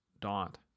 dot